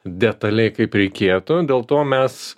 detaliai kaip reikėtų dėl to mes